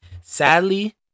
Sadly